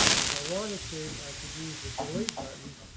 if i wanted to, i could use the delete button